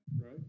right